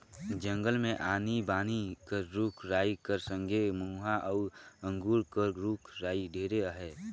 जंगल मे आनी बानी कर रूख राई कर संघे मउहा अउ अंगुर कर रूख राई ढेरे अहे